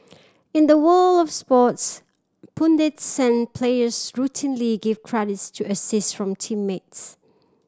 in the world of sports pundits and players routinely give credits to assist from teammates